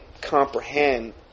comprehend